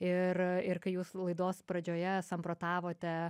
ir ir kai jūs laidos pradžioje samprotavote